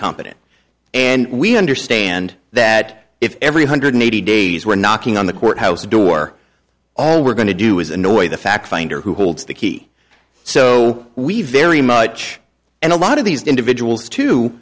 competent and we understand that if every hundred eighty days were knocking on the courthouse door all we're going to do is annoy the fact finder who holds the key so we very much and a lot of these individuals to